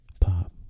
pop